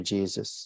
Jesus